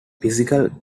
physical